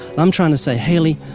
i'm trying to say, hayley,